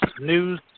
news